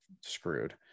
screwed